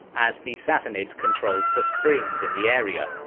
as the sassanids controlled the springs in the area,